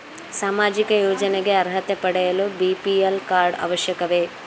ಸಾಮಾಜಿಕ ಯೋಜನೆಗೆ ಅರ್ಹತೆ ಪಡೆಯಲು ಬಿ.ಪಿ.ಎಲ್ ಕಾರ್ಡ್ ಅವಶ್ಯಕವೇ?